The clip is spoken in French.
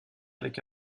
avec